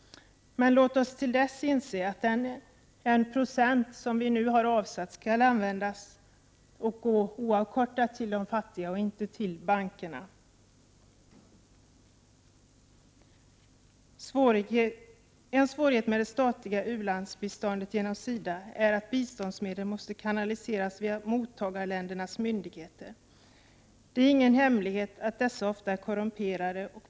Men låt oss till dess inse att den procent som nu har avsatts skall användas oavkortat till de fattiga och inte gå till bankerna. En svårighet med det statliga u-landsbiståndet genom SIDA är att biståndsmedlen måste kanaliseras via mottagarländernas myndigheter. Det är ingen hemlighet att dessa ofta är korrumperade.